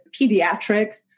pediatrics